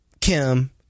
Kim